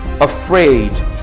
afraid